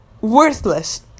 worthless